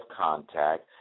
contact